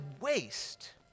waste